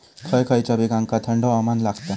खय खयच्या पिकांका थंड हवामान लागतं?